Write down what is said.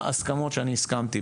ההסכמות שאני הסכמתי,